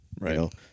Right